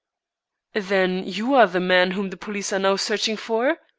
then you are the man whom the police are now searching for?